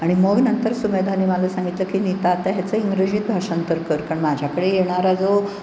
आणि मग नंतर सुमेधाने मला सांगितलं की नीता आता ह्याचं इंग्रजीत भाषांतर कर कारण माझ्याकडे येणारा जो